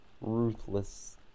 ruthless